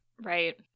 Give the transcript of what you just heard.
Right